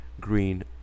green